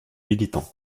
militant